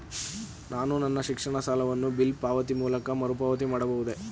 ನಾನು ನನ್ನ ಶಿಕ್ಷಣ ಸಾಲವನ್ನು ಬಿಲ್ ಪಾವತಿಯ ಮೂಲಕ ಮರುಪಾವತಿ ಮಾಡಬಹುದೇ?